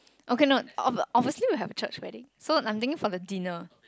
okay no obv~ obviously you'll have church wedding so I'm thinking for the dinner